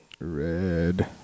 Red